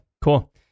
cool